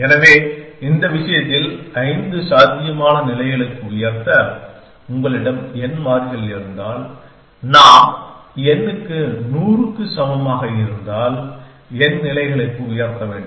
எனவே இந்த விஷயத்தில் 5 சாத்தியமான நிலைகளுக்கு உயர்த்த உங்களிடம் n மாறிகள் இருந்தால் நாம் n க்கு 100 க்கு சமமாக இருந்தால் n நிலைகளுக்கு உயர்த்த வேண்டும்